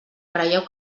creieu